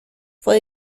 fue